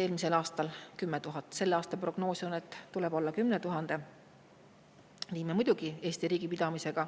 eelmisel aastal 10 000. Selle aasta prognoos on, et tuleb alla 10 000. Nii me muidugi Eesti riigi pidamises